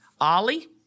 Ollie